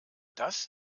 das